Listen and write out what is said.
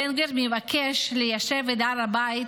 בן גביר מבקש ליישב את הר הבית,